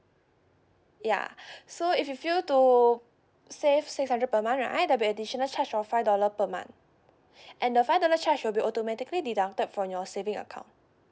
ya so if you fail to save six hundred per month right there'll be additional charge of five dollar per month and the five dollar charge will be automatically deducted from your saving account